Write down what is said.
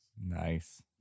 nice